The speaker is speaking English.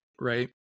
right